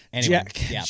Jack